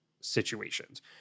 situations